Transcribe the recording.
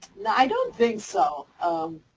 no, i don't think so. um,